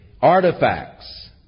artifacts